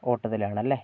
ഓട്ടത്തിലാണല്ലേ